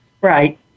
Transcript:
Right